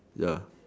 ya